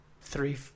three